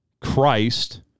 Christ